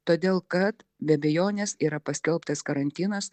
todėl kad be abejonės yra paskelbtas karantinas